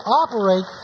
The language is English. operate